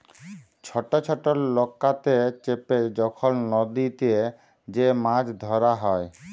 ছট ছট লকাতে চেপে যখল লদীতে যে মাছ ধ্যরা হ্যয়